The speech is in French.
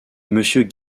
monsieur